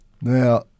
Now